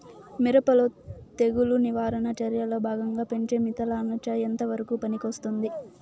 మిరప లో తెగులు నివారణ చర్యల్లో భాగంగా పెంచే మిథలానచ ఎంతవరకు పనికొస్తుంది?